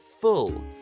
full